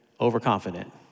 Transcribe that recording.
overconfident